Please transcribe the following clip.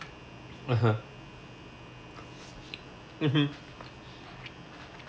(uh huh) mmhmm